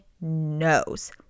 knows